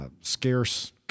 scarce